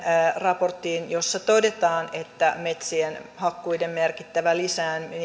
raporttiin jossa todetaan että metsien hakkuiden merkittävä lisääminen